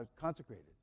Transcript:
consecrated